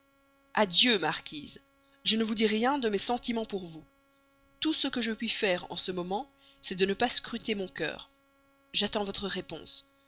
adieu marquise je ne vous dis rien de mes sentiments pour vous tout ce que je puis faire en ce moment c'est de ne pas scruter mon cœur j'attends votre réponse